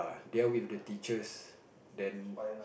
they're with the teachers then